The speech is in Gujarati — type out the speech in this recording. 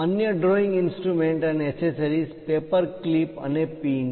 અન્ય ડ્રોઇંગ ઇન્સ્ટ્રુમેન્ટ્સ અને એસેસરીઝ પેપર ક્લિપ્સ અને પિન છે